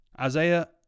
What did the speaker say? Isaiah